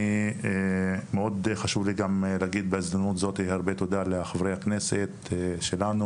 מאוד חשוב לי גם להגיד בהזדמנות זאת הרבה תודה לחברי הכנסת שלנו